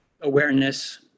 awareness